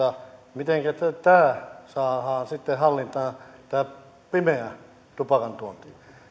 mitenkä saadaan sitten hallintaan tämä pimeän tupakan tuonti